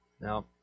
Now